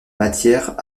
matière